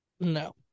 No